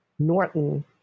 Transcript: Norton